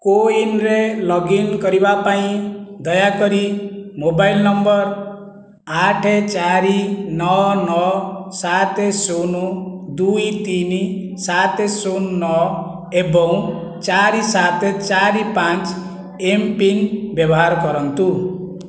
କୋୱିନ୍ରେ log in କରିବା ପାଇଁ ଦୟାକରି ମୋବାଇଲ ନମ୍ବର ଆଠ ଚାରି ନଅ ନଅ ସାତ ଶୂନ ଦୁଇ ତିନି ସାତ ଶୂନ ନଅ ଏବଂ ଚାରି ସାତ ଚାରି ପାଞ୍ଚ ଏମ୍ ପିନ୍ ବ୍ୟବହାର କରନ୍ତୁ